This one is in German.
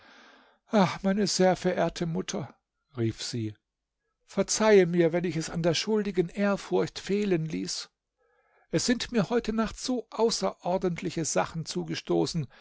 ach meine sehr verehrte mutter rief sie verzeihe mir wenn ich es an der schuldigen ehrfurcht fehlen ließ es sind mir heute nacht so außerordentliche sachen zugestoßen